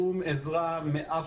שום עזרה מאף רשות.